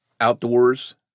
outdoors